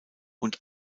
und